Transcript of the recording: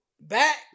Back